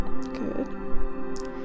good